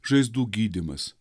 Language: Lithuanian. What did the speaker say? žaizdų gydymas